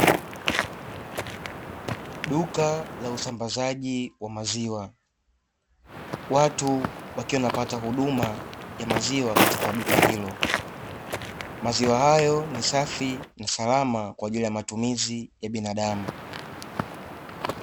Duka la usambazaji wa maziwa. Watu wakiwa wanapata huduma ya maziwa katika duka hilo. Maziwa hayo ni safi na salama kwa ajili ya matumizi ya binadamu.